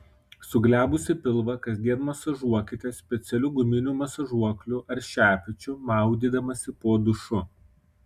suglebusį pilvą kasdien masažuokite specialiu guminiu masažuokliu ar šepečiu maudydamasi po dušu